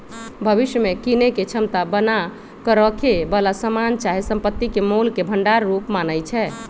भविष्य में कीनेके क्षमता बना क रखेए बला समान चाहे संपत्ति के मोल के भंडार रूप मानइ छै